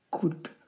good